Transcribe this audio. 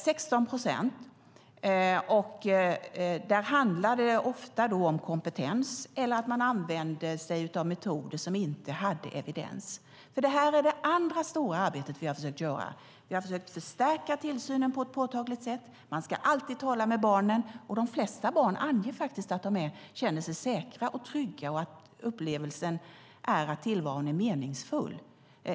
För dessa 16 procent handlade det ofta om kompetens eller att man använde sig av metoder som inte hade evidens. Detta är ett av de två stora arbeten vi har försökt göra. Vi har försökt förstärka tillsynen på ett påtagligt sätt. Man ska alltid tala med barnen, och de flesta barn uppger att de känner sig säkra och trygga och att tillvaron känns meningsfull.